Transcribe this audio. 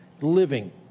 living